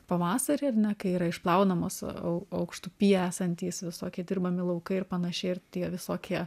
pavasarį kai yra išplaunamos au aukštupy esantys visokie dirbami laukai ir panašiai ir tie visokie